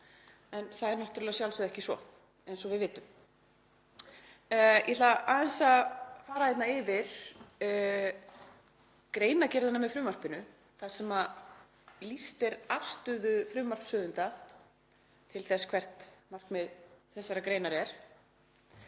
En það er að sjálfsögðu ekki svo, eins og við vitum. Ég ætla aðeins að fara yfir greinargerðina með frumvarpinu þar sem lýst er afstöðu frumvarpshöfunda til þess hvert markmið þessarar greinar er,